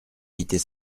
quitter